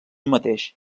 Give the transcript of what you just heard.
mateix